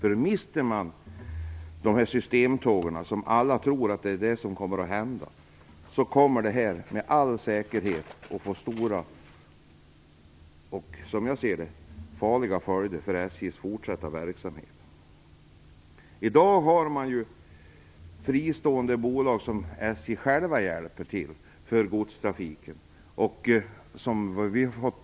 Om SJ mister systemtågen, vilket alla tror kommer att hända, kommer det att få svåra och, som jag ser det, farliga följder för I dag finns det fristående bolag för godstrafiken som SJ samarbetar med och som fungerar bra enligt den information som jag fått.